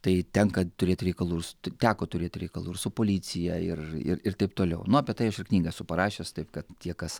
tai tenka turėt reikalų teko turėti reikalų ir su policija ir ir ir taip toliau nu apie tai aš ir knygą esu parašęs taip kad tie kas